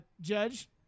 Judge